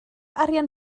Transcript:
arian